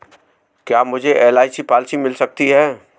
क्या मुझे LIC policy मिल सकती है?